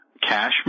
Cash